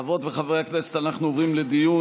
חברות וחברי הכנסת, אנחנו עוברים לדיון.